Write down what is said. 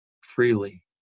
freely